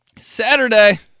Saturday